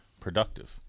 productive